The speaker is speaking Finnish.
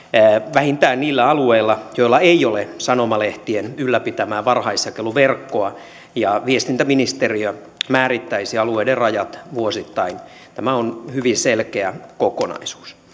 vähintään niillä alueilla joilla ei ole sanomalehtien ylläpitämää varhaisjakeluverkkoa ja viestintäministeriö määrittäisi alueiden rajat vuosittain tämä on hyvin selkeä kokonaisuus